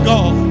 God